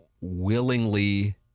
willingly